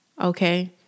Okay